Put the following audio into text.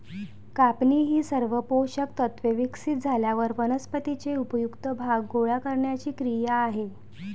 कापणी ही सर्व पोषक तत्त्वे विकसित झाल्यावर वनस्पतीचे उपयुक्त भाग गोळा करण्याची क्रिया आहे